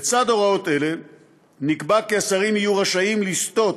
לצד הוראות אלה נקבע כי השרים יהיו רשאים לסטות